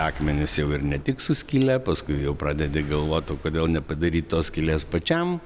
akmenys jau ir ne tik su skyle paskui jau pradedi galvot kodėl nepadaryt to skyles pačiam